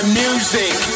music